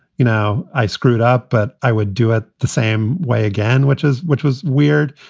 you know, i screwed up, but i would do it the same way again, which is which was weird.